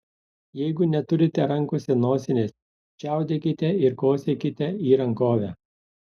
jeigu neturite rankose nosinės čiaudėkite ir kosėkite į rankovę